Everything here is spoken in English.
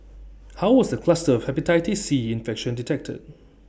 how was the cluster of Hepatitis C infection detected